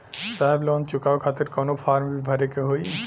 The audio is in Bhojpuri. साहब लोन चुकावे खातिर कवनो फार्म भी भरे के होइ?